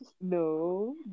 No